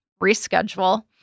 reschedule